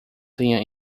tenha